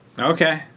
Okay